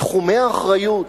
תחומי האחריות,